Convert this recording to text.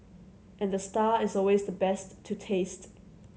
and the star is always the best to taste